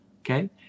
Okay